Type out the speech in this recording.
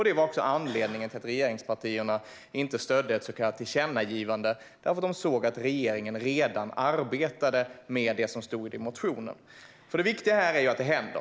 Det var också anledningen till att regeringspartierna inte stödde ett så kallat tillkännagivande. De såg att regeringen redan arbetar med det som stod i motionen, och det viktiga är ju att något händer.